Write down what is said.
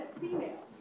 female